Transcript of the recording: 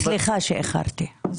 סליחה שאיחרתי.